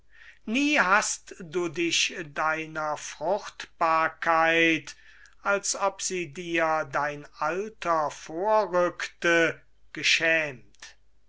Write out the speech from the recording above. nie hast du dich deiner fruchtbarkeit als ob sie dir dein alter vorrückte geschämt